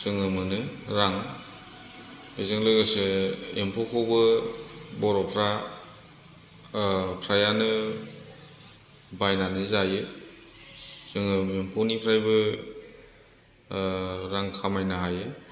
जोङो मोनो रां बेजों लोगोसे एम्फौखौबो बर'फ्रा ओ फ्रायानो बायनानै जायो जोङो एम्फौनिफ्रायबो ओ रां खामायनो हायो